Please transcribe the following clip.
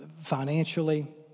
financially